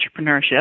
entrepreneurship